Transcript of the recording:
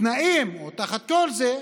ובתנאים אלו, או תחת כל זה,